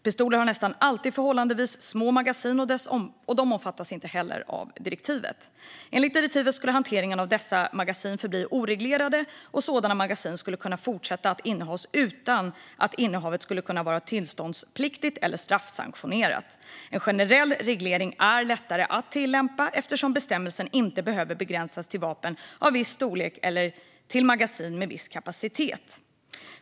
Pistoler har nästan alltid förhållandevis små magasin, och dessa omfattas inte av direktivet. Enligt direktivet skulle hanteringen av dessa magasin förbli oreglerad och sådana magasin kunna fortsätta innehas utan att innehavet skulle vara tillståndspliktigt eller straffsanktionerat. En generell reglering är lättare att tillämpa eftersom bestämmelsen inte behöver begränsas till vapen av viss storlek eller till magasin med viss kapacitet.